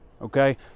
okay